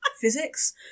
physics